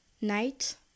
night